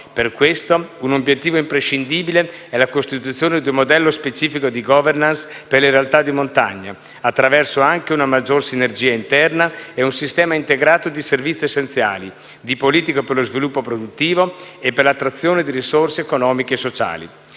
Per questo un obiettivo imprescindibile è la costituzione di un modello specifico di *governance* per le realtà di montagna, attraverso anche una maggiore sinergia interna e un sistema integrato di servizi essenziali, di politiche per lo sviluppo produttivo e per l'attrazione di risorse economiche e sociali.